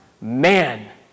man